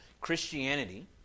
Christianity